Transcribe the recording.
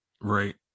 Right